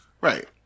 Right